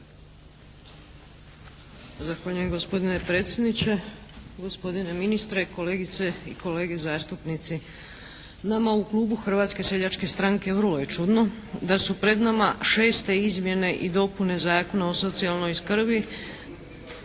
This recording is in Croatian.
Zahvaljujem gospodine predsjedniče, gospodine ministre, kolegice i kolege zastupnici. Nama u klubu Hrvatske seljačke stranke vrlo je čudno da su pred nama šeste izmjene i dopune Zakona o socijalnoj skrbi